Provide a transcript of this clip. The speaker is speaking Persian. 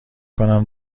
کنم